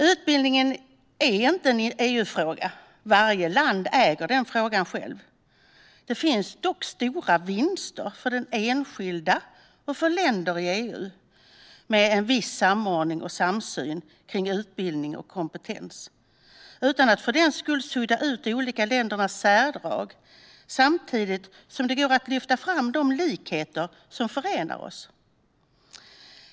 Utbildningen är inte en EU-fråga, utan varje land äger frågan själv. Det finns dock stora vinster för den enskilda och för länder i EU med en viss samordning och samsyn kring utbildning och kompetens. Utan att för den skull sudda ut de olika ländernas särdrag går det att lyfta fram de likheter som förenar oss.